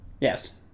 Yes